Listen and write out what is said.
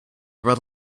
read